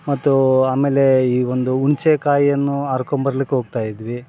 ಮತ್ತು ಆಮೇಲೆ ಈ ಒಂದು ಉಂಚೆ ಕಾಯಿಯನ್ನು ಹಾರ್ಕೋಂಬರ್ಲಿಕ್ಕೆ ಹೋಗ್ತಾ ಇದ್ವಿ